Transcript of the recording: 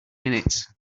minutes